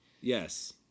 Yes